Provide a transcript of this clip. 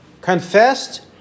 confessed